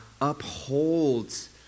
upholds